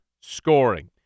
scoring